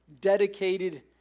dedicated